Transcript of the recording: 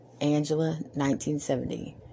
Angela1970